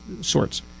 sorts